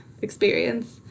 experience